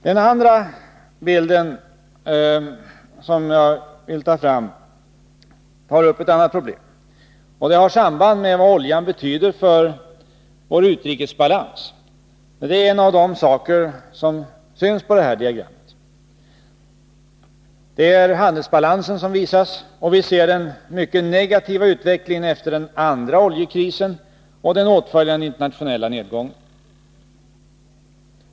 Den andra bilden tar upp ett annat problem, och det har samband med vad oljan betyder för vår utrikesbalans. Det är en av de saker som syns på det här diagrammet. Det är handelsbalansen som visas. Vi ser den mycket negativa utvecklingen efter den andra oljekrisen och den åtföljande internationella nedgången.